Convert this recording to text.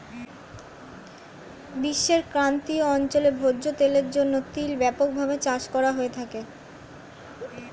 বিশ্বের ক্রান্তীয় অঞ্চলে ভোজ্য তেলের জন্য তিল ব্যাপকভাবে চাষ করা হয়ে থাকে